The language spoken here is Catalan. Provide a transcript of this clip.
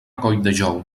colldejou